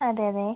അതെയതെ